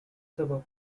suburb